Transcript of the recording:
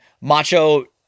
Macho